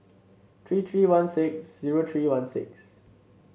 three three one six zero three one six